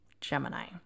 Gemini